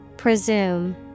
Presume